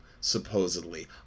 supposedly